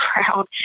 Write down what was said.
crowd